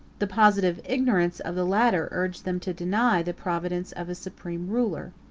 the positive ignorance of the latter urged them to deny, the providence of a supreme ruler.